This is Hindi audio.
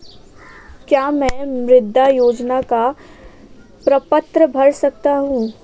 क्या मैं मुद्रा योजना का प्रपत्र भर सकता हूँ?